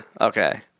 Okay